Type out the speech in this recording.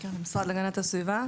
המשרד להגנת הסביבה.